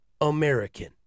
American